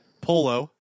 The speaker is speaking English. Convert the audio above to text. Polo